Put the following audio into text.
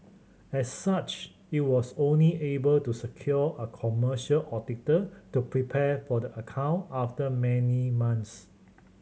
as such it was only able to secure a commercial auditor to prepare for the account after many months